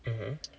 mmhmm